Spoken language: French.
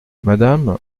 madame